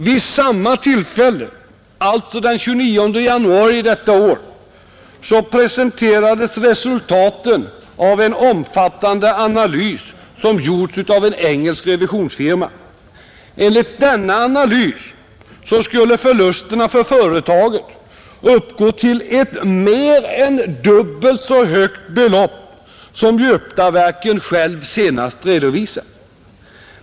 Vid samma tillfälle, alltså den 29 januari detta år, presenterades resultaten av en omfattande analys som gjorts av en engelsk revisionsfirma, Enligt denna analys skulle förlusterna för företaget uppgå till ett mer än dubbelt så högt belopp som Götaverken själv senast redovisat.